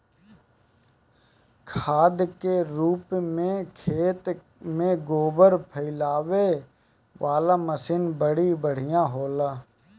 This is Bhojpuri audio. खाद के रूप में खेत में गोबर फइलावे वाला मशीन बड़ी बढ़िया होला